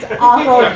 awful.